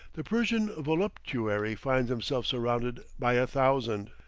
the persian voluptuary finds himself surrounded by a thousand.